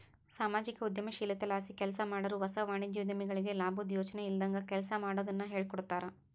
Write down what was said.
ಸಾಮಾಜಿಕ ಉದ್ಯಮಶೀಲತೆಲಾಸಿ ಕೆಲ್ಸಮಾಡಾರು ಹೊಸ ವಾಣಿಜ್ಯೋದ್ಯಮಿಗಳಿಗೆ ಲಾಬುದ್ ಯೋಚನೆ ಇಲ್ದಂಗ ಕೆಲ್ಸ ಮಾಡೋದುನ್ನ ಹೇಳ್ಕೊಡ್ತಾರ